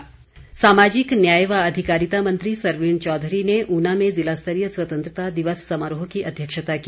ऊना स्वतंत्रता दिवस सामाजिक न्याय व अधिकारिता मंत्री सरवीण चौधरी ने ऊना में ज़िला स्तरीय स्वतंत्रता दिवस समारोह की अध्यक्षता की